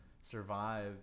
survive